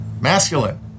masculine